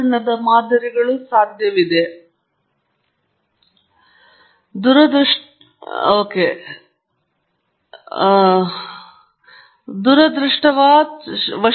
ತಾಪಮಾನದಲ್ಲಿ multivariate time ಸರಣಿ ಮಾದರಿಗಳೆಂದು ನಾವು ಕರೆಯಲಾಗುವ ಸಾಪೇಕ್ಷ ಆರ್ದ್ರತೆಯ ಉದಾಹರಣೆಯನ್ನು ಇನ್ಪುಟ್ ಔಟ್ಪುಟ್ ಮಾದರಿಯಾಗಿಯೂ ಪರಿಗಣಿಸಬಹುದು ಆದರೆ ವ್ಯತ್ಯಾಸವೆಂದರೆ ತೇವಾಂಶವುಳ್ಳ ತೇವಾಂಶವು ಉಂಟಾಗುವ ಉಷ್ಣತೆಯು ಮಾಪನ ವೇರಿಯಬಲ್ ಆಗಿದೆ ಅದು ಏನಾದರೂ ಅಲ್ಲ ನಾನು ಸರಿಹೊಂದಿಸಲು ಸಾಧ್ಯವಾಯಿತು ಎಂದು